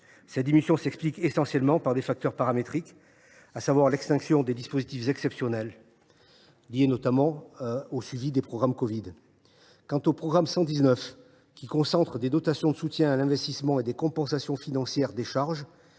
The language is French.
Cette diminution s’explique essentiellement par des facteurs paramétriques, à savoir l’extinction de dispositifs exceptionnels, en particulier de dispositifs liés à la pandémie de covid 19. Quant au programme 119, concentrant des dotations de soutien à l’investissement et des compensations financières de charges,